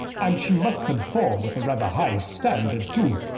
and she must conform with a rather high standard, too,